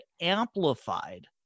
amplified